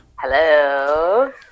Hello